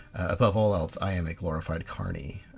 above all else, i'm a glorified carny.